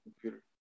computer